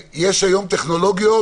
יש היום טכנולוגיות